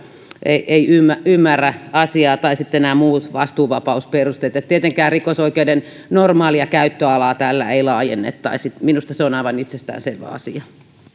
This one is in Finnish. ei ymmärrä ymmärrä asiaa tai sitten nämä muut vastuuvapausperusteet että tietenkään rikosoikeuden normaalia käyttöalaa tällä ei laajennettaisi minusta se on aivan itsestään selvä asia